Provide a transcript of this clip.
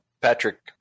Patrick